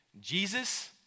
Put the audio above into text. Jesus